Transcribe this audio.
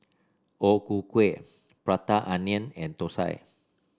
O Ku Kueh Prata Onion and thosai